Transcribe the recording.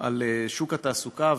על שוק התעסוקה.